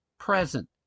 present